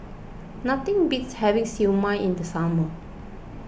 nothing beats having Siew Mai in the summer